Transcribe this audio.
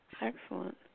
Excellent